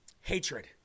hatred